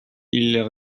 ils